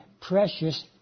precious